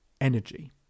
energy